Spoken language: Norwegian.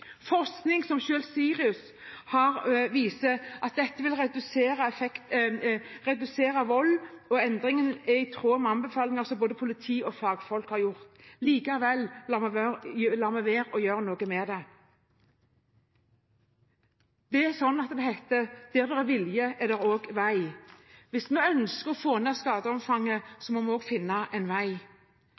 at dette vil redusere vold. Endringen er i tråd med anbefalinger fra både politi og fagfolk. Likevel lar vi være å gjøre noe med det. Det heter: Der det er vilje, er det vei. Hvis vi ønsker å få ned skadeomfanget, må vi også finne en vei.